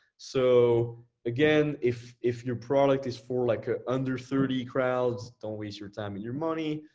so again, if if your product is for like ah under thirty crowd, don't waste your time and your money.